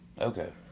Okay